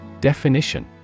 Definition